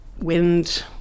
Wind